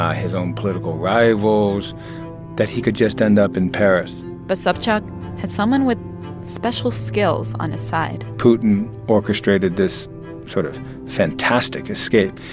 ah his own political rivals that he could just end up in paris but sobchak had someone with special skills on his side putin orchestrated this sort of fantastic escape.